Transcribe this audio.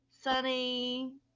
sunny